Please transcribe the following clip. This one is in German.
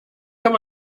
kann